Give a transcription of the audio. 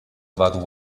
about